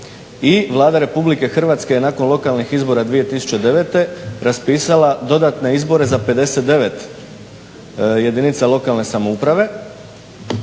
Vlada Republike Hrvatske je nakon lokalnih izbora 2009. raspisala dodatne izbore za 59 jedinica lokalne samouprave,